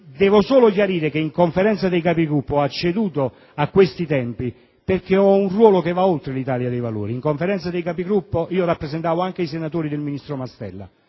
Devo solo chiarire che, in Conferenza dei Capigruppo, ho acceduto a questi tempi perché ho un ruolo che va oltre l'Italia dei Valori: in Conferenza dei Capigruppo rappresentavo anche i senatori del Gruppo del ministro Mastella